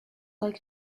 like